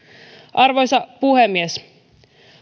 arvoisa puhemies